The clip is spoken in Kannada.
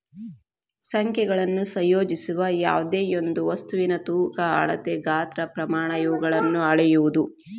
ಸಂಖ್ಯೆಗಳನ್ನು ಸಂಯೋಜಿಸುವ ಯಾವ್ದೆಯೊಂದು ವಸ್ತುವಿನ ತೂಕ ಅಳತೆ ಗಾತ್ರ ಪ್ರಮಾಣ ಇವುಗಳನ್ನು ಅಳೆಯುವುದು